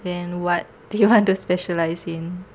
then what do you want to specialise in